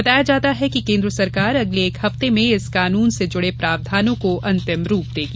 बताया जाता है कि केन्द्र सरकार अगले एक हफ्ते में इस कानून से जुड़े प्रावधानों को अंतिम रूप देगी